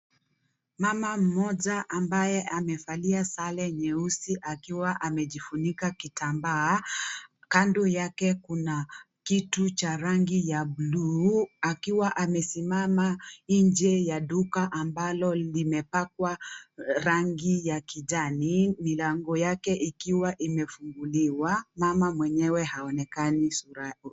Mama mmoja ambaye amevalia sare nyeusi akiwa amejifunika kitambaa. Kando yake kuna kitu cha rangi ya bluu, akiwa amesimama nje ya duka ambalo limepakwa rangi ya kijani. Milango yake ikiwa imefuguliwa. Mama mwenyewe haonekani surake.